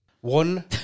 One